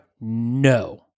no